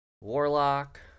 warlock